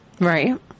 Right